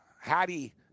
Hattie